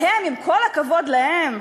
עם כל הכבוד להם,